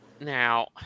Now